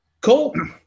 Cool